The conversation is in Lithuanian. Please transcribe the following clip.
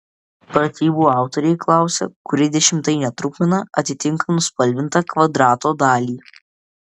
pratybų autoriai klausia kuri dešimtainė trupmena atitinka nuspalvintą kvadrato dalį